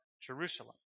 Jerusalem